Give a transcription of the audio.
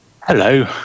Hello